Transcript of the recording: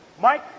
Mike